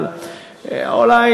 אבל אולי,